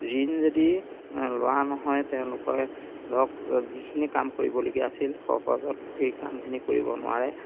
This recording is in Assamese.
ঋণ যদি লোৱা নহয় তেওঁলোকৰে ধৰক যিখিনি কাম কৰিবলগীয়া আছিল সহজত সেই কামখিনি কৰিব নোৱাৰে